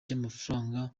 cy’amafaranga